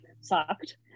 sucked